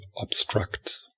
obstruct